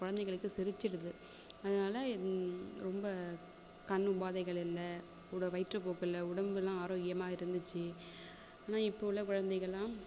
குழந்தைங்களுக்கு செரிச்சிடுது அதனால் ரொம்ப கண்ணு உபாதைகள் இல்லை உடல் வயிற்றுப்போக்கு இல்லை உடம்பெல்லாம் ஆரோக்கியமாக இருந்துச்சு ஆனால் இப்போ உள்ளே குழந்தைங்கள்லாம்